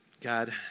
God